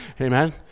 Amen